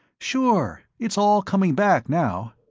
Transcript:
sure, it's all coming back now.